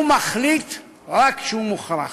הוא מחליט רק כשהוא מוכרח.